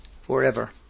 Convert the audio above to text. forever